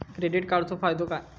Credit कार्डाचो फायदो काय?